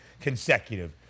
consecutive